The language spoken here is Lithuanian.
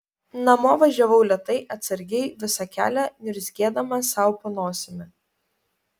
namo važiavau lėtai atsargiai visą kelią niurzgėdama sau po nosimi